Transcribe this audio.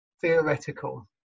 theoretical